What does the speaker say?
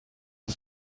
was